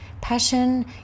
passion